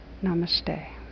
Namaste